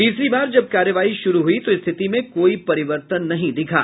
तीसरी बार जब कार्यवाही शुरू हुई तो स्थिति में कोई परिवर्तन नहीं दिखा